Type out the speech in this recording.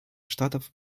штатов